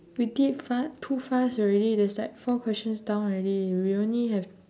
we did fa~ too fast already there's like four questions down already we only have